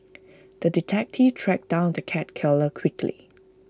the detective tracked down the cat killer quickly